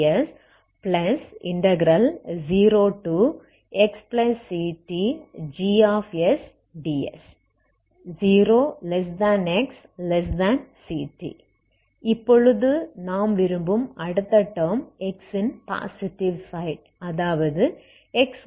எனவே u1xt12 fct xfxct 12cx ct0g sds0xctgsds 0xct இப்பொழுது நாம் விரும்பும் அடுத்த டேர்ம் x ன் பாசிட்டிவ் சைட் அதாவது xct